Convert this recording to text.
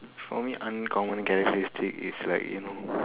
for me uncommon characteristic is like you know